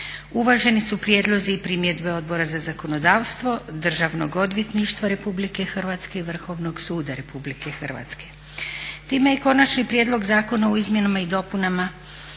Uvaženi su prijedlozi i primjedbe Odbora za zakonodavstvo, Državnog odvjetništva RH i Vrhovnog suda RH. Time je konačni prijedlog zakona o izmjenama i dopunama